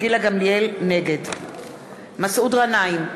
נגד מסעוד גנאים,